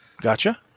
Gotcha